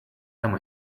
time